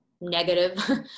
negative